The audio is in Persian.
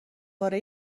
پاره